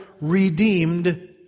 redeemed